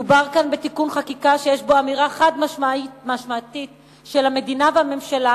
מדובר כאן בתיקון חקיקה שיש בו אמירה חד-משמעית של המדינה והממשלה,